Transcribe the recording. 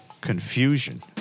confusion